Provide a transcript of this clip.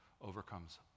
overcomes